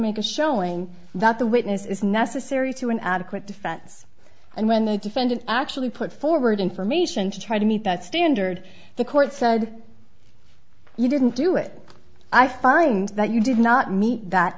make a showing that the witness is necessary to an adequate defense and when the defendant actually put forward information to try to meet that standard the court said you didn't do it i find that you did not meet that